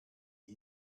pit